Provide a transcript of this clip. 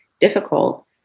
difficult